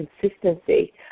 consistency